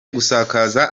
gusakaza